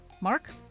Mark